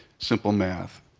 simple math.